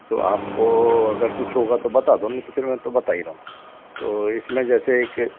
तो आपको अगर कुछ होगा तो बता दो नहीं तो फिर मैं तो बता ही रहा हूँ तो इसमें जैसे एक